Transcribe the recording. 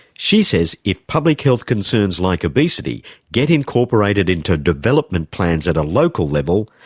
she says if public health concerns like obesity get incorporated into development plans at a local level,